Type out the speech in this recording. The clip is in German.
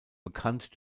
bekannt